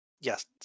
Yes